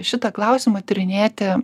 šitą klausimą tyrinėti